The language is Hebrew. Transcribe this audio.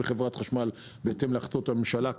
בחברת החשמל בהתאם להחלטות הממשלה.